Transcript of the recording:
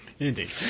Indeed